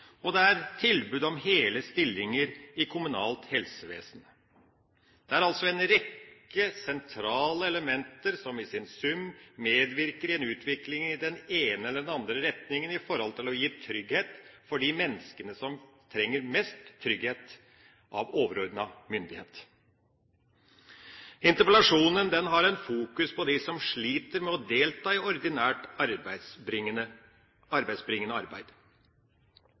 og det er tilbudet om hele stillinger i kommunalt helsevesen. Det er altså en rekke sentrale elementer som i sin sum medvirker i en utvikling i den ene eller andre retningen i forhold til å gi trygghet for de menneskene som trenger mest trygghet fra overordnet myndighet. Interpellasjonen har et fokus på dem som sliter med å delta i ordinært inntektsbringende arbeid.